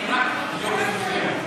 נתקבלה.